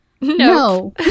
no